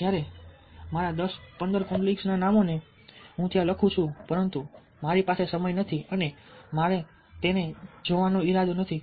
જ્યારે 708 મારા દસ પંદર કોલ્ડ ડ્રિંક્સ નામો ને હું ત્યાં લખું છું પરંતુ મારી પાસે સમય નથી અને મારો તેને જોવાનો ઇરાદો નથી